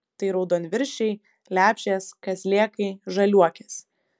tai raudonviršiai lepšės kazlėkai žaliuokės